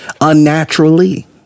unnaturally